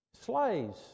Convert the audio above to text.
slaves